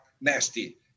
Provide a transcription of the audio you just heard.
nasty